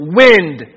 wind